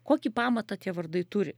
kokį pamatą tie vardai turi